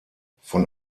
von